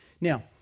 Now